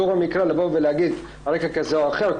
לבוא ולהגיד שזה על רקע כזה או אחר.